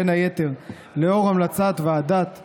בין היתר לאור המלצות ועדת אדלר,